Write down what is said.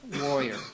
warrior